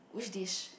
which dish